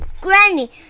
granny